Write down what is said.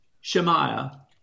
Shemaiah